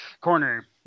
corner